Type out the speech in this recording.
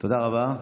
תודה רבה.